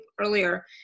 earlier